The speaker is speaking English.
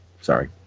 Sorry